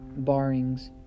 barrings